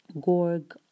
Gorg